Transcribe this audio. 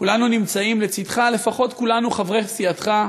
כולנו נמצאים לצדך, לפחות כולנו, חברי סיעתך,